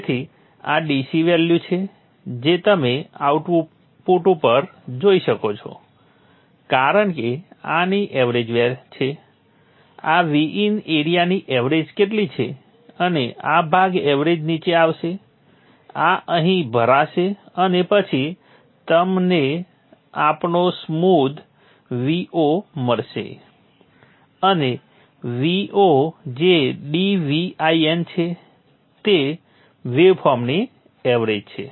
તેથી આ DC value છે જે તમે આઉટપુટ ઉપર જોઇ શકો છો કારણ કે આની એવરેજ છે આ vin એરિયાની એવરેજ કેટલી છે અને આ ભાગ એવરેજ નીચે આવશે આ અહીં ભરાશે અને પછી તમને આપણો સ્મૂથ Vo મળશે અને Vo જે dVin છે તે વેવફોર્મની એવરેજ છે